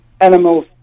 animals